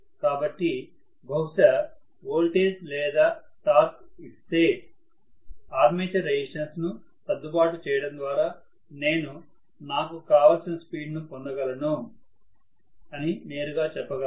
కాబట్టి బహుశా వోల్టేజ్ లేదా టార్క్ ఇస్తే ఆర్మేచర్ రెసిస్టన్స్ ను సర్దుబాటు చేయడం ద్వారా నేను నాకు కావలసిన స్పీడ్ ను పొందగలను అని నేరుగా చెప్పగలను